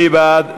מי בעד?